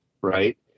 right